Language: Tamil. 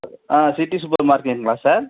ஆ சிட்டி சூப்பர் மார்க்கெட்ங்களா சார்